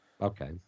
Okay